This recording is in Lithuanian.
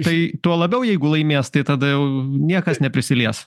tai tuo labiau jeigu laimės tai tada jau niekas neprisilies